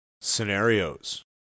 Scenarios